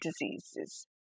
diseases